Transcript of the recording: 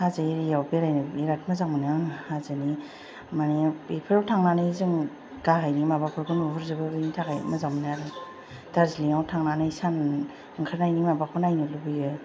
हाजो एरिया आव बेरायनो बिरात मोजां मोनो आङो हाजोनि माने बेफोराव थांनानै जोङो गाहायनि माबाफोरखौ नुहुरजोबो बिनि थाखाय मोजान मोनो आरो दार्जिलिंआव थांनानै सानां आंखारनायनि माबाखौ नायनो लुबैयो